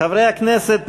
חברי הכנסת,